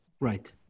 Right